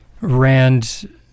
rand